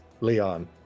Leon